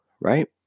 right